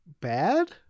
bad